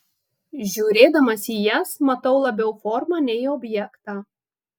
žiūrėdamas į jas matau labiau formą nei objektą